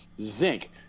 zinc